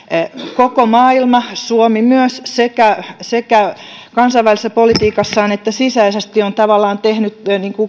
koko maailma suomi myös sekä sekä kansainvälisessä politiikassaan että sisäisesti on tavallaan tehnyt